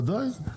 וודאי,